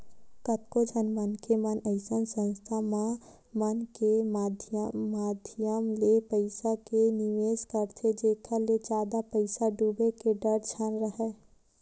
कतको झन मनखे मन अइसन संस्था मन के माधियम ले पइसा के निवेस करथे जेखर ले जादा पइसा डूबे के डर झन राहय